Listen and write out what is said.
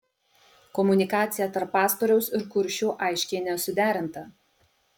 komunikacija tarp pastoriaus ir kuršių aiškiai nesuderinta